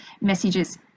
messages